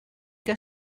que